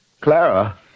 Clara